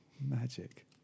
magic